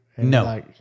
No